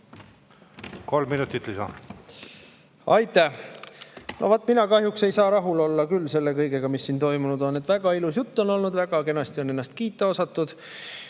sellest ei piisa. Aitäh! No vaat, mina kahjuks ei saa küll rahul olla selle kõigega, mis siin toimunud on. Väga ilus jutt on olnud, väga kenasti on ennast kiita osatud